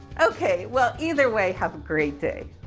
okay. well, either way, have a great day.